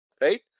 right